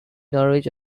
norwich